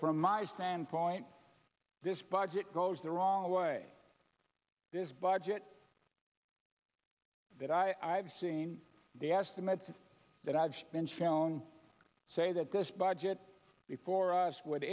from my standpoint this budget goes the wrong way this budget that i've seen the estimates that i've spent shall on say that this budget before us would